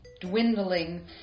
dwindling